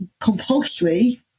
compulsory